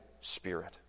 Spirit